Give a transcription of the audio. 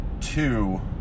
two